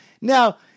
Now